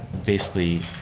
basically,